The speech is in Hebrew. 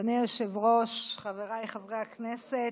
אדוני היושב-ראש, חבריי חברי הכנסת,